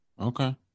Okay